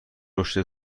رشدی